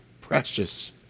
precious